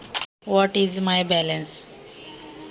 माझी शिल्लक रक्कम किती आहे?